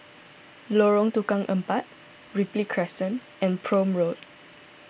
Lorong Tukang Empat Ripley Crescent and Prome Road